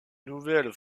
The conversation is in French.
nouvelles